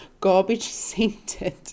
garbage-scented